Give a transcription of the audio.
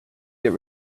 get